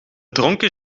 dronken